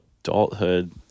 adulthood